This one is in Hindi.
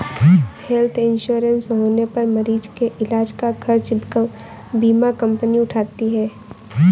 हेल्थ इंश्योरेंस होने पर मरीज के इलाज का खर्च बीमा कंपनी उठाती है